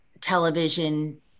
television